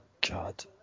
God